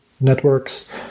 networks